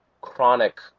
chronic